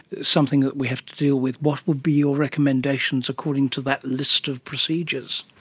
something that we have to deal with. what would be your recommendations according to that list of procedures?